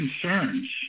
concerns